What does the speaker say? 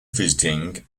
visiting